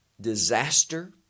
disaster